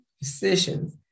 decisions